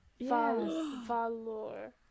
valor